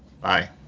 Bye